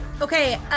Okay